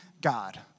God